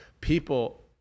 People